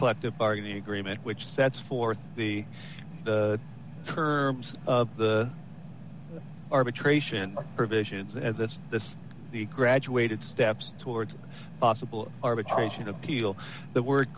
collective bargaining agreement which sets forth the terms of the arbitration provisions and that's the the graduated steps toward possible arbitration appeal the word